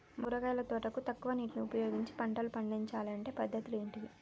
మా కూరగాయల తోటకు తక్కువ నీటిని ఉపయోగించి పంటలు పండించాలే అంటే పద్ధతులు ఏంటివి?